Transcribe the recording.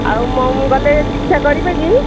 ଆଉ ଗଲେ ଚିକିତ୍ସା କରିବେ କି